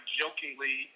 jokingly